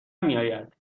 میاید